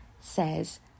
says